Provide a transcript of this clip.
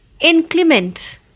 inclement